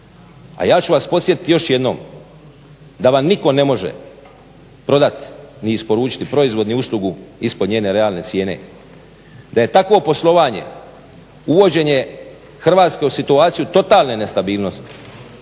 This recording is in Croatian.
a ja ću vas podsjetiti još jednom da vam nitko ne može prodati ni isporučiti proizvod ni uslugu ispod njene realne cijene, da je takvo poslovanje uvođenje Hrvatske u situaciju totalne nestabilnosti